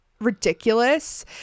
ridiculous